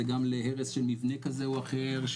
זה גם להרס של מבנה כזה או אחר,